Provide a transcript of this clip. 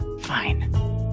Fine